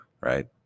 right